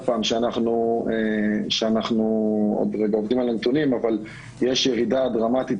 אנחנו עוד עובדים על הנתונים שיש ירידה דרמטית